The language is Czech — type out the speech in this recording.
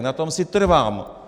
Na tom si trvám.